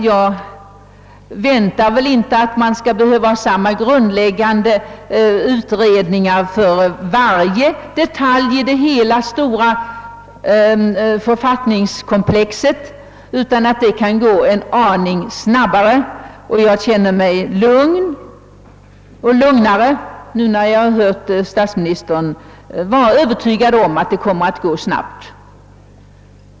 Jag väntar inte att man skall behöva ha samma grundläggande utredningar för varje detalj i hela det stora författningskomplexet utan att det skall gå en aning snabbare. Jag känner mig lugnare nu när jag hört att statsministern är övertygad om att det kommer att gå snabbt.